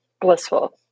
blissful